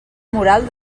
moral